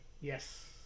yes